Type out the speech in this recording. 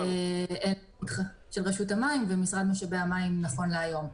אלא לפתחה של רשות המים ומשרד משאבי המים נכון להיום.